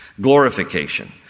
Glorification